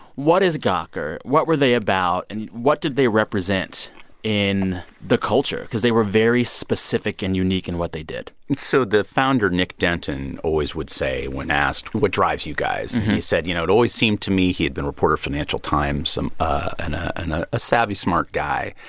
what is gawker? what were they about? and what did they represent in the culture? because they were very specific and unique in what they did so the founder, nick denton, always would say when asked, what drives you guys, he said, you know, it always seemed to me he had been a reporter for financial times um and a savvy smart guy.